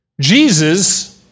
Jesus